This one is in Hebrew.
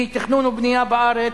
כי תכנון ובנייה בארץ,